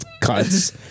cuts